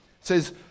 says